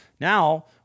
Now